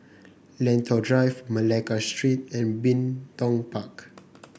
Lentor Drive Malacca Street and Bin Tong Park